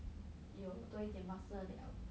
有多一点 muscle liao